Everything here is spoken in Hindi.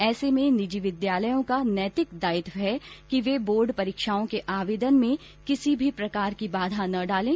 ऐसे में निजी विद्यालयों का नैतिक दायित्व है कि वे बोर्ड परीक्षाओं के आवेदन में किसी भी प्रकार की बाधा न डालें